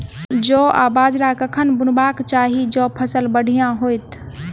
जौ आ बाजरा कखन बुनबाक चाहि जँ फसल बढ़िया होइत?